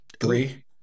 three